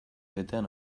betean